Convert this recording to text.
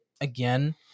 again